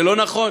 זה לא נכון.